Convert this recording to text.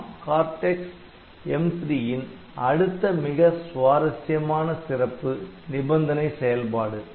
ARM Cortex M3 ன் அடுத்த மிக சுவாரஸ்யமான சிறப்பு நிபந்தனை செயல்பாடு